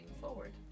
forward